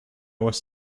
was